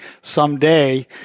someday